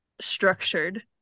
structured